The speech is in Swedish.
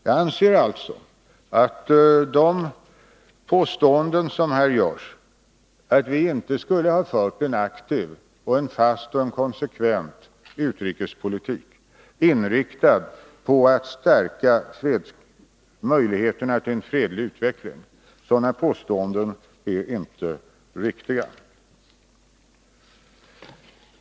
Jag anser alltså att de påståenden som här görs om att vi inte skulle ha fört en aktiv, fast och konsekvent utrikespolitik inriktad på att stärka möjlighe terna till en fredlig utveckling inte är riktiga.